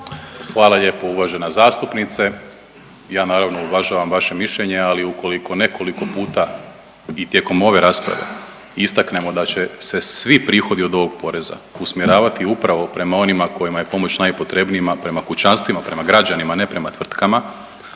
Hvala lijepo uvažena zastupnice. Ja naravno uvažavam vaše mišljenje, ali ukoliko nekoliko puta i tijekom ove rasprave istaknemo da će se svi prihodi od ovog poreza usmjeravati upravo prema onima kojima je pomoć najpotrebnija, prema kućanstvima, prema građanima, ne prema tvrtkama